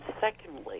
secondly